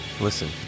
Listen